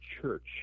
church